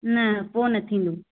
न पोइ न थींदो